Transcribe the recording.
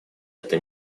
это